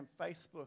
Facebook